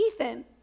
Ethan